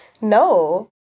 No